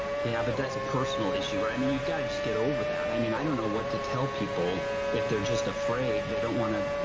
yeah, but that's a personal issue, right? i mean, you've got to just get over that. i mean, i don't know what to tell people if they're just afraid. they don't want to, you